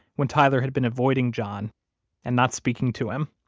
when tyler had been avoiding john and not speaking to him,